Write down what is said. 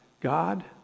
God